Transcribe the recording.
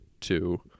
two